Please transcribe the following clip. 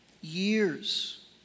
years